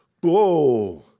Whoa